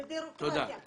תודה.